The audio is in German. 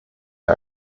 wir